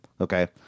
okay